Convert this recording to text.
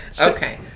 okay